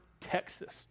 Texas